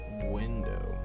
window